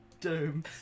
Doom